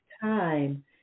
time